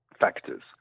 factors